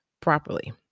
properly